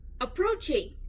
Approaching